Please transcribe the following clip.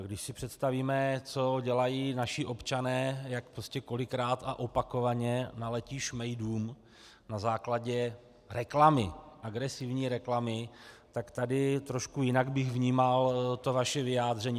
Když si představíme, co dělají naši občané, jak kolikrát a opakovaně naletí šmejdům na základě reklamy, agresivní reklamy, tak tady trošku jinak bych vnímal to vaše vyjádření.